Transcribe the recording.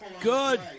Good